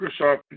Microsoft